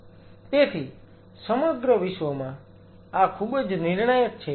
તેથી સમગ્ર વિશ્વમાં આ ખૂબ જ નિર્ણાયક છે